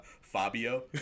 Fabio